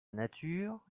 nature